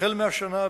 מהשנה,